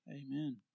Amen